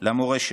למורה שלי,